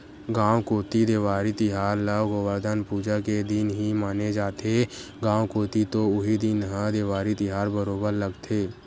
गाँव कोती देवारी तिहार ल गोवरधन पूजा के दिन ही माने जाथे, गाँव कोती तो उही दिन ह ही देवारी तिहार बरोबर लगथे